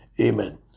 Amen